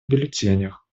бюллетенях